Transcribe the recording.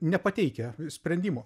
nepateikia sprendimo